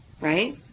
right